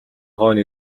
хойно